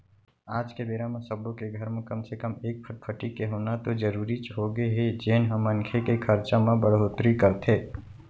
आज के बेरा म सब्बो के घर म कम से कम एक फटफटी के होना तो जरूरीच होगे हे जेन ह मनखे के खरचा म बड़होत्तरी करथे